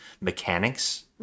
mechanics